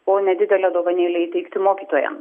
po nedidelę dovanėlę įteikti mokytojam